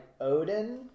Odin